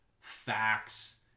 facts